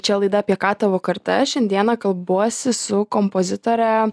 čia laida apie ką tavo karta šiandieną kalbuosi su kompozitore